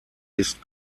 ist